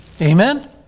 Amen